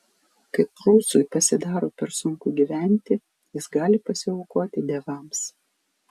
kai prūsui pasidaro per sunku gyventi jis gali pasiaukoti dievams